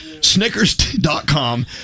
Snickers.com